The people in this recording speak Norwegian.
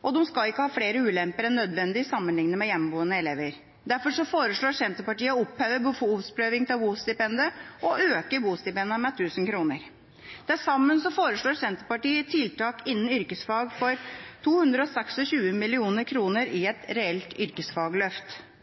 og de skal ikke ha flere ulemper enn nødvendig sammenlignet med hjemmeboende elever. Derfor foreslår Senterpartiet å oppheve behovsprøving av bostipendet og å øke bostipendene med 1 000 kr. Til sammen foreslår Senterpartiet tiltak innen yrkesfag for 226 mill. kr i et reelt yrkesfagløft. I de to